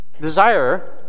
Desire